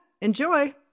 enjoy